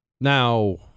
Now